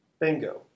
bingo